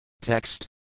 Text